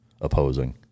opposing